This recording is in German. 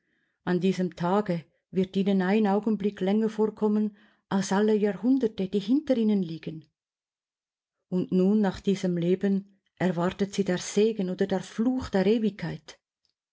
an diesem tage wird ihnen ein augenblick länger vorkommen als alle jahrhunderte die hinter ihnen liegen und nun nach diesem leben erwartet sie der segen oder der fluch der